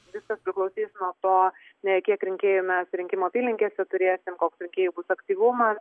tiesiog priklausys nuo to ne kiek rinkėjų mes rinkimų apylinkėse turėsim koks rinkėjų bus aktyvumas